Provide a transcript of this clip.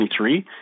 2023